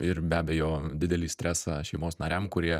ir be abejo didelį stresą šeimos nariam kurie